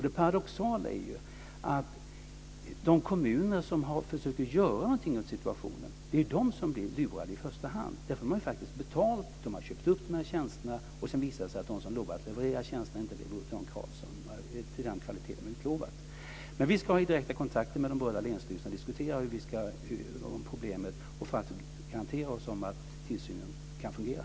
Det paradoxala är att de kommuner som försöker göra någonting åt situationen är de som blir lurade i första hand. De har faktiskt betalt. De har köpt upp dessa tjänster, och sedan visar det sig att de som lovar att leverera tjänsterna inte levererar den kvalitet de har utlovat. Vi ska i direkta kontakter med de berörda länsstyrelserna diskutera problemet för att försäkra oss om att tillsynen kan fungera.